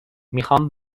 میخوام